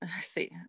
see